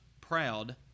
proud